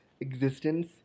existence